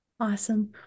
Awesome